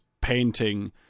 painting